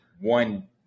one